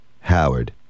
Howard